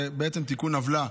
זה בעצם תיקון עוולה,